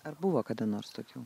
ar buvo kada nors tokių